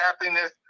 happiness